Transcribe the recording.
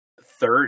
third